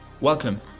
Welcome